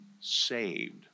saved